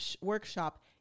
workshop